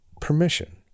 permission